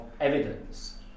evidence